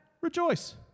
Rejoice